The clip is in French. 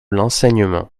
l’enseignement